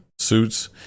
Suits